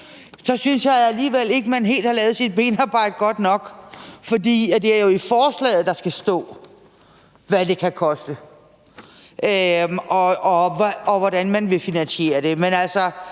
så synes jeg alligevel ikke, man har lavet sit benarbejde godt nok. For det er jo i forslaget, der skal stå, hvad det kan koste, og hvordan man vil finansiere det.